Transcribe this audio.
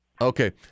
Okay